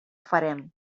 farem